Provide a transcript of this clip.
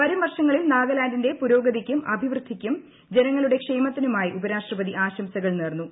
വരുംവർഷങ്ങളിൽ നാഗാലാൻഡിന്റെ പുരോഗതിക്കും അഭിവൃദ്ധിക്കും അ ജനങ്ങളുടെ ക്ഷേമത്തിനുമായി ഉപരാഷ്ട്രപതി ആശംസകൾ നേർന്നു